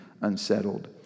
unsettled